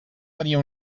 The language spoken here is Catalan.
tenia